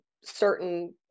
certain